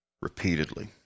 repeatedly